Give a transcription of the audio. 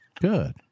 Good